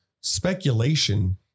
Speculation